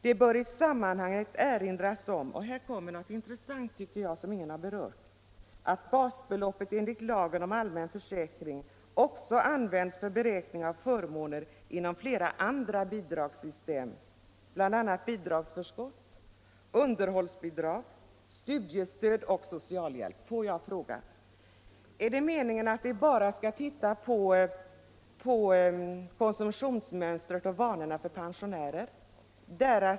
Det bör i sammanhanget erinras om” — och här kommer något som jag tycker är intressant och som ingen här har berört — ”att basbeloppet enligt lagen om allmän försäkring också används för beräkning av förmåner inom flera andra bidragssystem, bl.a. bidragsförskott, underhållsbidrag, studiestöd och socialhjälp.” Får jag fråga: Är det meningen att vi bara skall se på konsumtionsmönstret och vanorna för pensionärer?